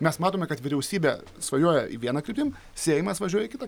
mes matome kad vyriausybė svajoja į viena kryptim seimas važiuoja į kitą